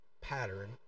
pattern